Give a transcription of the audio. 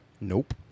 Nope